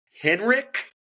Henrik